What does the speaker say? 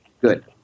Good